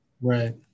Right